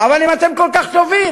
אבל אם אתם כל כך טובים,